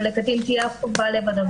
או לקטין תהיה החובה לבדו.